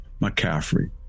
McCaffrey